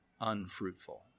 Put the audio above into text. unfruitful